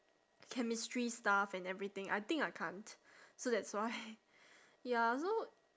chemistry stuff and everything I think I can't so that's why ya so